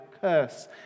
curse